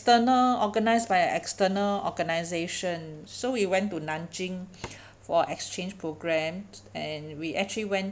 external organized by a external organization so we went to nanjing for exchange program and we actually went